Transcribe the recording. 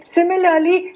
Similarly